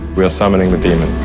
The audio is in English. we are summoning the demon